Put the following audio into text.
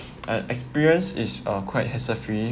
an experience is a quite hassle free